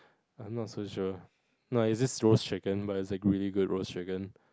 I'm not so sure like it's this roast chicken but it's like really good roast chicken